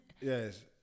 Yes